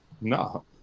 No